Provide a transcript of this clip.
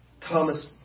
Thomas